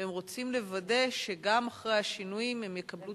והם רוצים לוודא שגם אחרי השינויים הם יקבלו